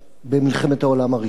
במלחמת העולם הראשונה.